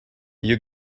you